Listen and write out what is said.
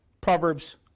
Proverbs